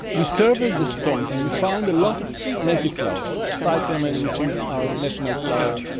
we surveyed the stones and we found a lot of native flowers cyclamen, which is our national flower,